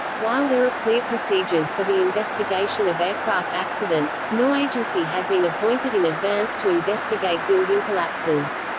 while there are clear procedures for the investigation of aircraft accidents, no agency had been appointed in advance to investigate building collapses.